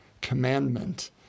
commandment